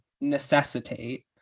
necessitate